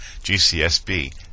GCSB